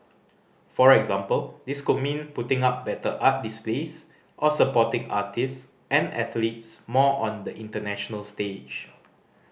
for example this could mean putting up better art displays or supporting artists and athletes more on the international stage